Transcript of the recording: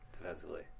defensively